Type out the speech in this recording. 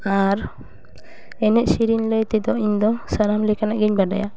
ᱟᱨ ᱮᱱᱮᱡ ᱥᱮᱨᱮᱧ ᱞᱟᱹᱭ ᱛᱮᱫᱚ ᱤᱧᱫᱚ ᱥᱟᱱᱟᱢ ᱞᱮᱠᱟᱱᱟᱜ ᱜᱮᱧ ᱵᱟᱰᱟᱭᱟ